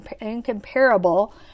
incomparable